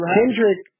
Kendrick